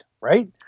right